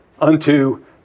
unto